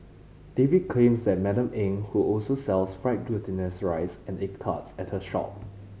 David claims that Madam Eng who also sells fried glutinous rice and egg tarts at her shop